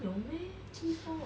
有 meh T four